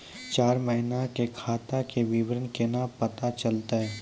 चार महिना के खाता के विवरण केना पता चलतै?